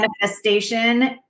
manifestation